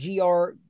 Gr